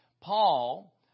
Paul